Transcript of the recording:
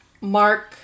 Mark